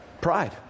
Pride